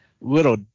little